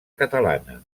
catalana